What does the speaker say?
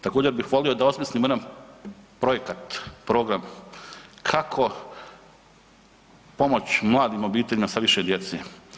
Također bih volio da osmislimo jedan projekat, program kako pomoći mladim obiteljima sa više djece.